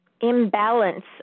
imbalance